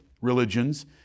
religions